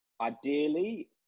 ideally